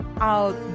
out